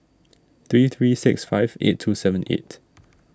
three three six five eight two seven eight